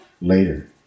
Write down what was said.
later